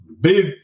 big